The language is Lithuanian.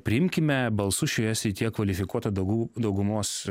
priimkime balsu šioje srityje kvalifikuota dagų daugumos